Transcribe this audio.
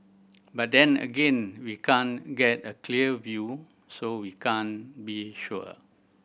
but then again we can't get a clear view so we can't be sure